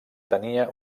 tenia